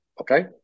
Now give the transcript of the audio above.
okay